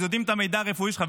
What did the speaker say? יודעים את המידע הרפואי שלך.